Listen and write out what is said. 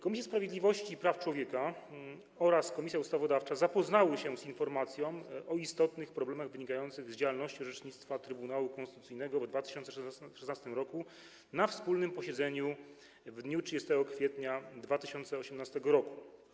Komisja Sprawiedliwości i Praw Człowieka oraz Komisja Ustawodawcza zapoznały się z informacją o istotnych problemach wynikających z działalności i orzecznictwa Trybunału Konstytucyjnego w 2016 r. na wspólnym posiedzeniu w dniu 30 kwietnia 2018 r.